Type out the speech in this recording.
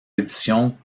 éditions